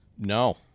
No